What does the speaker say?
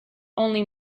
only